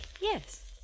Yes